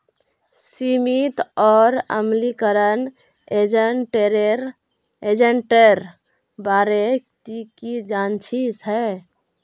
सीमित और अम्लीकरण एजेंटेर बारे ती की जानछीस हैय